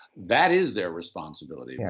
that is their responsibility. yeah